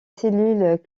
cellules